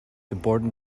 important